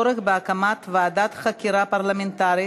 צריך להתחיל להתנהג כממלכתי,